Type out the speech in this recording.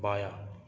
بایاں